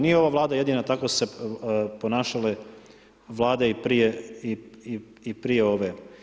Nije ova Vlada jedina, tako su se ponašale Vlade i prije ove.